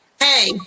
hey